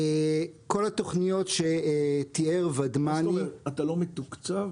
אתה לא מתוקצב?